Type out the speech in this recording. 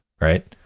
right